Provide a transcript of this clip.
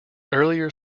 earlier